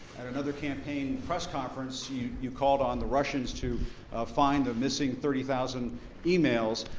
at another campaign press conference you you called on the russians to find the missing thirty thousand emails.